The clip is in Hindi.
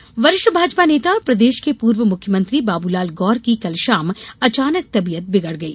बाबूलाल गौर वरिष्ठ भाजपा नेता और प्रदेश के पूर्व मुख्यमंत्री बाबूलाल गौर की कल शाम अचानक तबियत बिगड़ गई